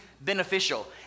beneficial